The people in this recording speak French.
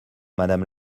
madame